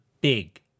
big